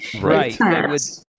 Right